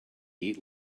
eat